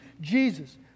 Jesus